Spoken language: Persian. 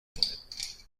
کنید